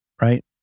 right